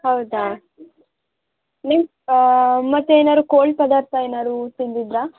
ಹೌದಾ ನಿಮ್ಮ ಮತ್ತೆ ಏನಾದ್ರು ಕೋಲ್ಡ್ ಪದಾರ್ಥ ಏನಾದ್ರು ತಿಂದಿದ್ದಿರಾ